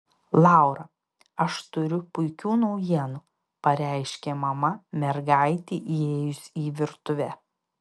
laura aš turiu puikių naujienų pareiškė mama mergaitei įėjus į virtuvę